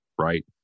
right